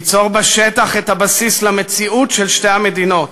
ליצור בשטח את הבסיס למציאות של שתי המדינות,